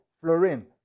fluorine